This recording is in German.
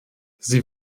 sie